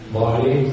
body